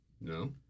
No